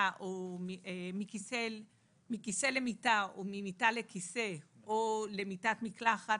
מכיסא למיטה או ממיטה לכיסא או למיטת מקלחת,